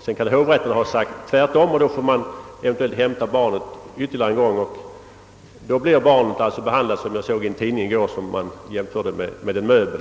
Sedan kanske hovrätten har sagt att barnet skall vistas hos fadern, och då har barnet hämtats ytterligare en gång. Då blir barnet, som en tidning i går uttryckte det, behandlat som en möbel.